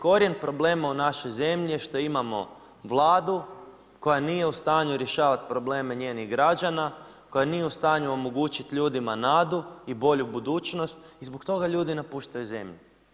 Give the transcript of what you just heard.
Korijen problema u našoj zemlji je što imamo Vladu koja nije u stanju rješavati probleme njenih građana, koja nije u stanju omogućiti ljudima nadu i bolju budućnost i zbog toga ljudi napuštaju zemlju.